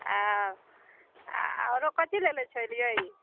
आ आरो कथी लेने छलियै